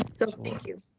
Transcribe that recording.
so thank you.